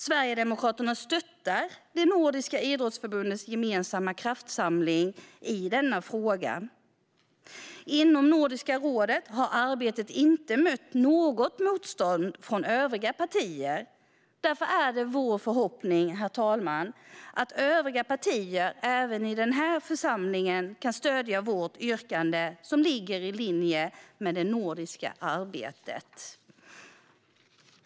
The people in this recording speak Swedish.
Sverigedemokraterna stöttar de nordiska idrottsförbundens gemensamma kraftsamling i denna fråga. Inom Nordiska rådet har arbetet inte mött något motstånd från övriga partier. Därför är det vår förhoppning, herr talman, att övriga partier även i den här församlingen kan stödja vårt yrkande, som ligger i linje med det nordiska arbetet.